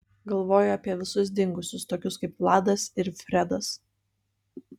galvoju apie visus dingusius tokius kaip vladas ir fredas